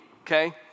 okay